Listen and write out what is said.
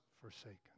forsaken